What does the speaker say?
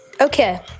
Okay